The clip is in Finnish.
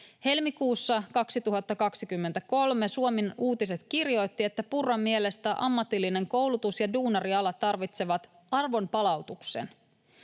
Helmikuussa 2023 Suomen Uutiset kirjoitti, että Purran mielestä ammatillinen koulutus ja duunarialat tarvitsevat arvon palautuksen.